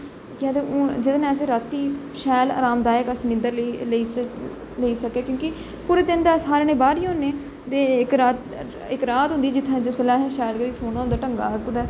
जेहदे कन्नै असें राती शैल आराम दायक अस नींदर लेई सकने क्योंकि पूरे दिन दा सारा कन्नै बाहर ही होने दे इक राती इक रात होंदी जिस बेल्लै असें शैल करियै सौना होंदा ढंगै दा